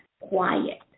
quiet